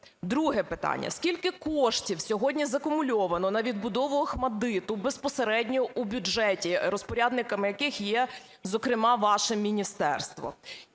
Друге питання. Скільки коштів сьогодні закумульовано на відбудову Охматдиту безпосередньо у бюджеті, розпорядниками яких є, зокрема, ваше міністерство.